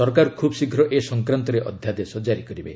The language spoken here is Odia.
ସରକାର ଖୁବ୍ ଶୀଘ୍ର ଏ ସଂକ୍ରାନ୍ତରେ ଅଧ୍ୟାଦେଶ ଜାରି କରିବେ